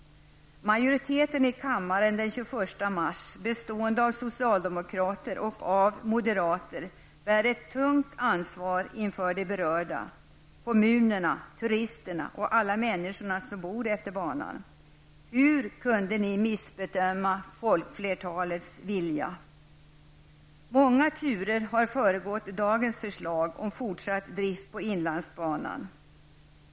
Majoriteten i kammaren den 21 mars, bestående av socialdemokrater och moderater, bär ett tungt ansvar inför de berörda; kommuner, turister och alla människor som bor efter banan. Hur kunde ni missbedöma folkflertalets vilja? Många turer har föregått dagens förslag om fortsatt drift på inlandsbanan.